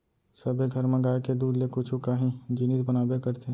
सबे घर म गाय के दूद ले कुछु काही जिनिस बनाबे करथे